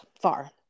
far